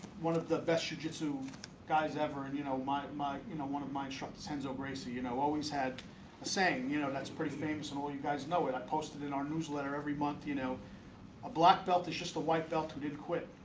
one of the best jujitsu guys ever and you know my my you know one of my instructors hands oh, gracie you know always had a saying you know that's pretty famous and all you guys know it i posted in our newsletter every month you know a black belt is just a white belt did acquit,